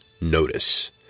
Notice